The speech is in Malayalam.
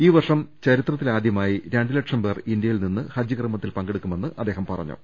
ഈ വർഷം ചരിത്രത്തിലാദ്യ മായി രണ്ടുലക്ഷം പേർ ഇന്ത്യയിൽനിന്ന് ഹജ്ജ് കർമ്മത്തിൽ പങ്കെടുക്കുമെന്ന് അദ്ദേഹം പറഞ്ഞു